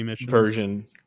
version